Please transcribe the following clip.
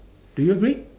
do you agree